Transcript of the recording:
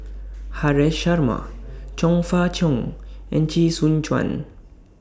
Haresh Sharma Chong Fah Cheong and Chee Soon Juan